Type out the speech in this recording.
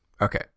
Okay